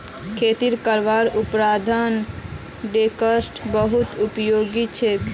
खेती करवार उपकरनत ट्रेक्टर बहुत उपयोगी छोक